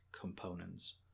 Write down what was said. components